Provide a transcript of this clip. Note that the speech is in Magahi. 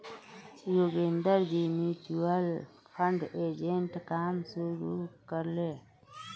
योगेंद्रजी म्यूचुअल फंड एजेंटेर काम शुरू कर ले